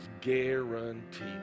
guaranteed